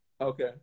Okay